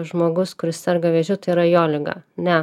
žmogus kuris serga vėžiu tai yra jo liga ne